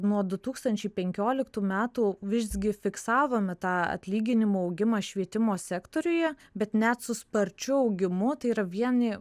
nuo du tūkstančiai penkioliktų metų visgi fiksavome tą atlyginimų augimą švietimo sektoriuje bet net su sparčiu augimu tai yra vieni